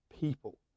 people